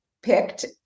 picked